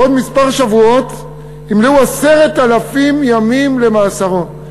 בעוד שבועות ספורים ימלאו 10,000 ימים למאסרו,